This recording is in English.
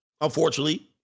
Unfortunately